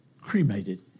cremated